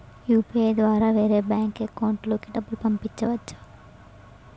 UPI ద్వారా వేరే bank account లోకి డబ్బులు పంపించవచ్చా?